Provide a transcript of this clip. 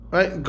Right